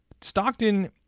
Stockton